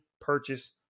purchase